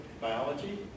Biology